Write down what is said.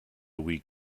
week